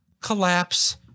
collapse